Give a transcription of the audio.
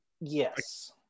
yes